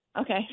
Okay